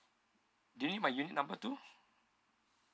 do you need my unit number too